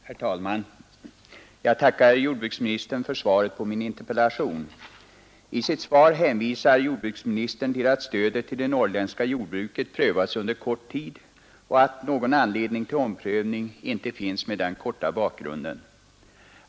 Herr talman! Jag tackar jordbruksministern för svaret på min interpellation. I sitt svar hänvisar jordbruksministern till att stödet till det norrländska jordbruket prövats under mycket kort tid och att någon anledning till omprövning inte finns med den korta bakgrunden.